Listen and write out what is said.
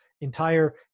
entire